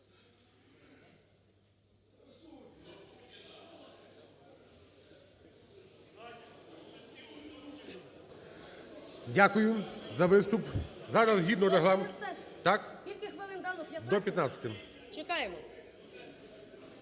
Дякую за виступ.